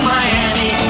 Miami